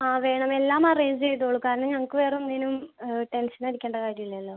ആ വേണം എല്ലാം അറേഞ്ച് ചെയ്തോളൂ കാരണം ഞങ്ങൾക്ക് വേറൊന്നിനും ടെൻഷനടിക്കണ്ട കാര്യം ഇല്ലല്ലോ